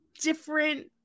different